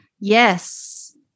yes